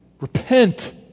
Repent